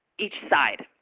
each side.